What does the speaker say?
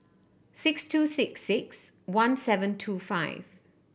six two six six one seven two five